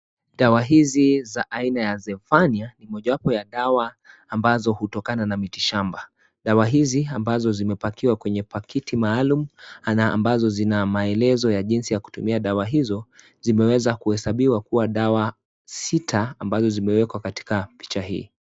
Dawa hizi za aina ya zephania ni mojawapo ya dawa ambazo hutokana na miti shamba. Dawa hizi, ambazo zimepakiwa kwenye pakiti maalum, ana ambazo zina maelezo ya jinsi ya kutumia dawa hizo, zimeweza kuhesabiwa kuwa dawa sita ambazo zimewekwa katika picha hii.